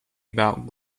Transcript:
about